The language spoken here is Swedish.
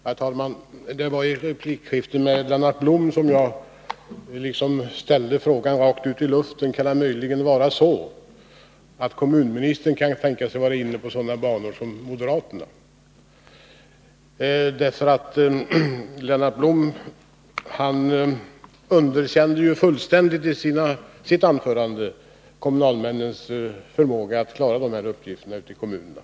Herr talman! Det var i ett replikskifte med Lennart Blom som jag rakt ut i luften ställde frågan: Kan det möjligen vara så, att kommunministern kan tänkas vara inne på samma banor som moderaterna eller vad har han för kommentarer? Lennart Blom underkände ju i sitt anförande fullständigt kommunalmännens förmåga att klara de här uppgifterna ute i kommunerna.